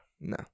No